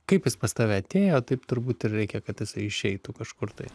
kaip jis pas tave atėjo taip turbūt ir reikia kad jisai išeitų kažkur tai